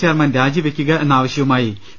chairman രാജിവെക്കുക എന്ന ആവശ്യവുമായി പി